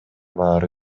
баары